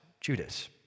Judas